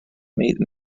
mate